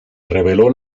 reveló